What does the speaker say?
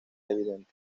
evidente